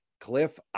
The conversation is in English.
Cliff